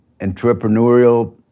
entrepreneurial